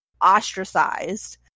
ostracized